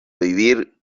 vivir